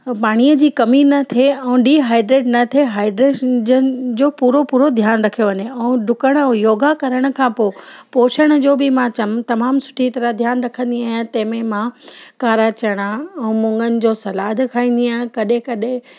पाणीअ जी कमी न थिए ऐं डी हाइड्रेट न थिए हाइड्रेजन जो पूरो पूरो ध्यानु रखियो वञे ऐं ॾुकण ऐं योगा करण खां पोइ पोषण जो बि मां चम तमामु सुठी तरह ध्यानु रखंदी आहियां तंहिंमें मां कारा चणा ऐं मूङन जो सलाद खाईंदी आहियां कॾहिं कॾहिं